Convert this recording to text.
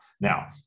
now